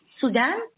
Sudan